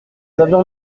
avions